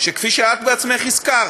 כפי שאת בעצמך הזכרת,